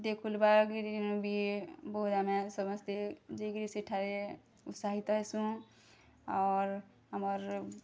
ଦେବକୁଣ୍ଡବା ଗିରି ବି ବହୁତ୍ ଆମେ ସମସ୍ତେ ଯାଇ କିରି ସେଠାରେ ସାଇତେସୁଁ ଅର୍ ଆମର୍